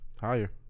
Higher